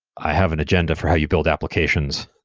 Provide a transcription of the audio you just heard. i have an agenda for how you build applications.